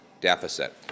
deficit